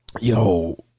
yo